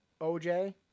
OJ